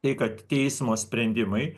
tai kad teismo sprendimai